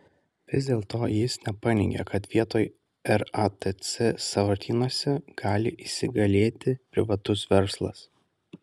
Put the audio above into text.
vis dėlto jis nepaneigė kad vietoj ratc sąvartynuose gali įsigalėti privatus verslas